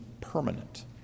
permanent